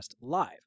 live